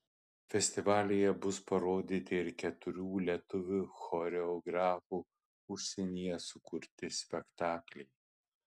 festivalyje bus parodyti ir keturi lietuvių choreografų užsienyje sukurti spektakliai